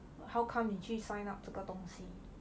how come you 去 sign up 这个东西